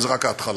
וזו רק ההתחלה,